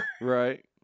Right